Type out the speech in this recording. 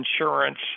insurance